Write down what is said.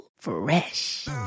Fresh